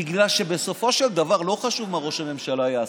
בגלל שבסופו של דבר לא חשוב מה ראש הממשלה יעשה,